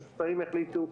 אז שרים יחליטו,